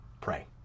pray